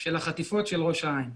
של החטיפות של ראש העין.